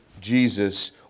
Jesus